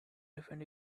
elephant